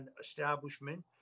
establishment